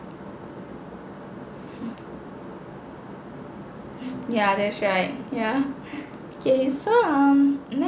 hmm yeah that's right yeah okay so um next